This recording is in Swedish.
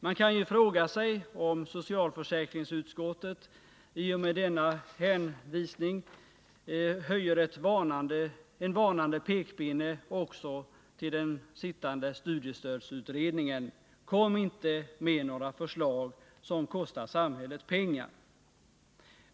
Man kan fråga sig om socialförsäkringsutskottet med den hänvisning till det statsfinansiella läget som återfinns på s. 25 i betänkande 12 höjer ett varnande finger också till den sittande studiestödsutredningen: Kom inte med några förslag som kostar samhället pengar!